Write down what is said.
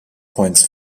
points